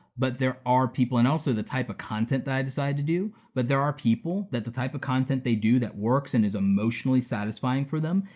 but there are people, and also the type of content that i decided to do, but there are people that the type of content they do that works and is emotionally satisfying for them,